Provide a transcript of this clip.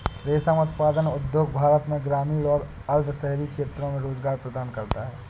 रेशम उत्पादन उद्योग भारत में ग्रामीण और अर्ध शहरी क्षेत्रों में रोजगार प्रदान करता है